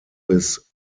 bis